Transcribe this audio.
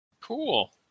cool